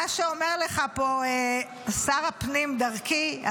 מה שאומר לך פה שר הפנים דרכי,